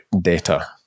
data